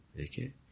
Okay